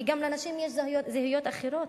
כי לנשים יש גם זהויות אחרות,